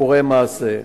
סיפורי מעשה.